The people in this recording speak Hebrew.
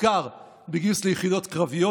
בעיקר בגיוס ליחידות קרביות,